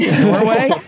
Norway